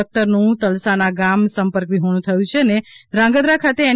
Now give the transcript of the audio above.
લખતરનું તલસાના ગામ સંપર્ક વિહોણું થયું છે અને ધ્રાંગધ્રા ખાતે એન